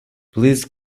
please